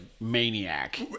maniac